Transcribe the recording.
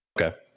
Okay